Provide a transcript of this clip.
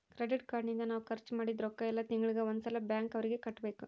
credit card ನಿಂದ ನಾವ್ ಖರ್ಚ ಮದಿದ್ದ್ ರೊಕ್ಕ ಯೆಲ್ಲ ತಿಂಗಳಿಗೆ ಒಂದ್ ಸಲ ಬ್ಯಾಂಕ್ ಅವರಿಗೆ ಕಟ್ಬೆಕು